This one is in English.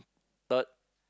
third